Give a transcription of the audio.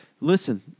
Listen